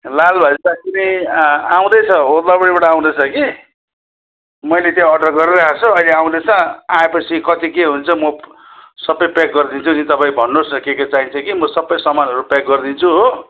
लाल भाजी साग पनि अँ आउँदैछ ओत्लाबारीबाट आउँदैछ कि मैले चाहिँ अर्डर गरेर आएको छु अहिले चाहिँ आउँदैछ आएपछि कति के हुन्छ म सबै प्याक गरिदिन्छु नि तपाईँ भन्नुहोस् न के के चाहिन्छ कि म सबै समानहरू प्याक गरिदिन्छु हो